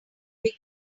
big